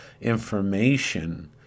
information